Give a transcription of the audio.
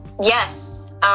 Yes